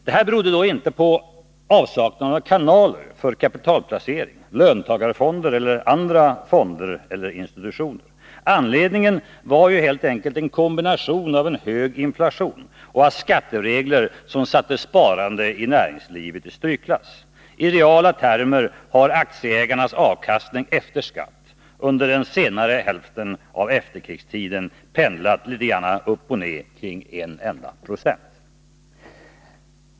Detta berodde inte på avsaknaden av kanaler för kapitalplacering, löntagarfonder eller andra fonder eller institutioner. Anledningen var helt enkelt en kombination av hög inflation och skatteregler som satte sparande i näringslivet i strykklass. I reala termer har aktieägarnas avkastning efter skatt under den senare hälften av efterkrigstiden pendlat litet grand upp och ned kring en enda procent.